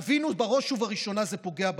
תבינו, בראש ובראשונה זה פוגע בכם.